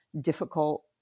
difficult